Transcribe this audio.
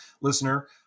listener